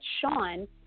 Sean